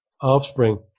Offspring